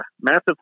massive